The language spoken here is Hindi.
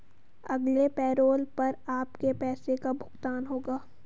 अगले पैरोल पर आपके पैसे का भुगतान होगा